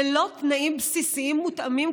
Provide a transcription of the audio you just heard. ללא תנאים בסיסיים מותאמים,